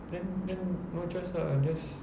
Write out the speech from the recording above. then then no choice lah just